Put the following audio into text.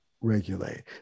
regulate